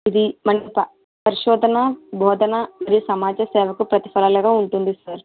ఇది మన ప పరిశోధన బోధన మరియు సమాజ సేవకు ప్రతిఫలాలుగా ఉంటుంది సార్